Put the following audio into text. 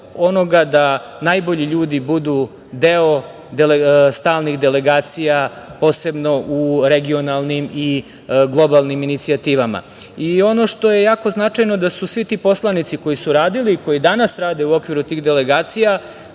onoga da najbolji ljudi budu deo stalnih delegacija, posebno u regionalnim i globalnim inicijativama. Ono što je jako značajno je da su svi ti poslanici koji su radili i koji danas rade u okviru tih delegacija